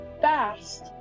Fast